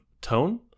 tone